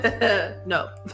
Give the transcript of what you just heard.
No